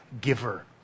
giver